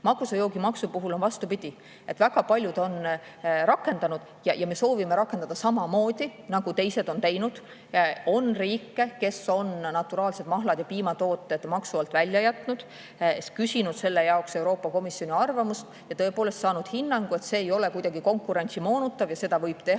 joogi maksu puhul on vastupidi: väga paljud on seda rakendanud ja me soovime rakendada samamoodi, nagu teised on teinud. On riike, kes on naturaalsed mahlad ja piimatooted maksu alt välja jätnud, nad on küsinud selle jaoks Euroopa Komisjoni arvamust ja saanud hinnangu, et see ei ole kuidagi konkurentsi moonutav ja seda võib teha,